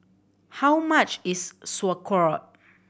how much is Sauerkraut